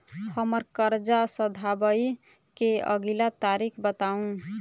हम्मर कर्जा सधाबई केँ अगिला तारीख बताऊ?